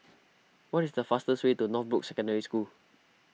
what is the fastest way to Northbrooks Secondary School